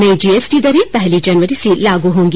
नई जीएसटी दरें पहली जनवरी से लागू होंगी